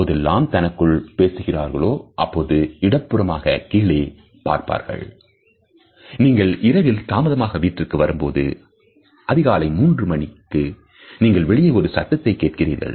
இப்பொழுதெல்லாம் தனக்குள் பேசுகிறார்களே அப்போது இடப்புறமாக கீழே பார்ப்பார்கள் நீங்கள் இரவில் தாமதமாக வீட்டிற்கு வரும்போது அதிகாலை 300 மணிக்கு நீங்கள் வெளியே ஒரு சத்தத்தை கேட்கிறீர்கள்